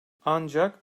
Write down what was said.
ancak